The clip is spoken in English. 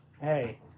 hey